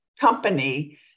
company